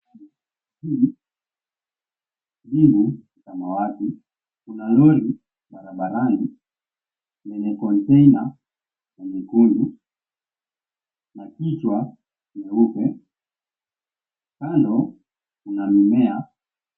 Jivu samawati kuna roli barabarani yenye konteina ya nyekundu na kichwa nyeupe. Kando kuna mimea.